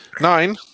Nine